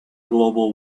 global